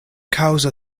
kaŭzo